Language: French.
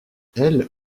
elle